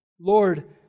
Lord